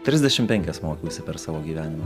trisdešim penkias mokiausi per savo gyvenimą